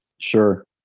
Sure